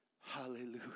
Hallelujah